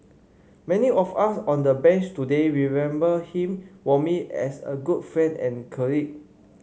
many of us on the Bench today remember him warmly as a good friend and colleague